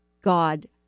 god